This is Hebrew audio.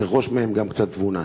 נרכוש מהם גם קצת תבונה?